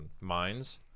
mines